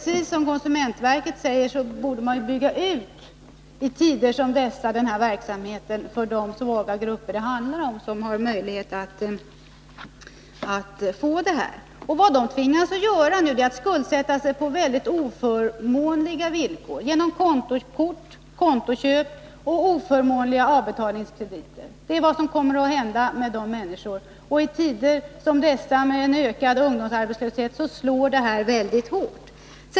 Som konsumentverket säger borde man i tider som dessa bygga ut denna verksamhet för de svaga grupper som kan komma i fråga för bosättningslån. De tvingas nu i stället skuldsätta sig på mycket oförmånliga villkor, genom kontoköp och avbetalningskrediter. I tider som dessa, med en ökad ungdomsarbetslöshet, slår det mycket hårt.